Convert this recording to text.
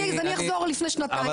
אז אני אחזור לפני שנתיים לביבי.